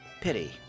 Pity